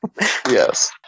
yes